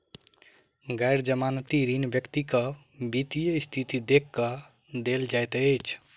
गैर जमानती ऋण व्यक्ति के वित्तीय स्थिति देख के देल जाइत अछि